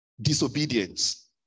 disobedience